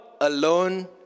alone